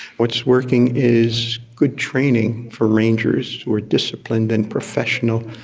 what's working is good training for rangers who are disciplined and professional,